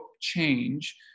change